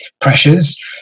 pressures